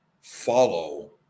follow